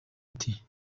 ati